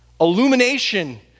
Illumination